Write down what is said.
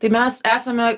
tai mes esame